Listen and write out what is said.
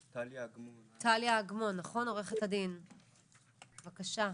עו"ד טליה אגמון, בבקשה.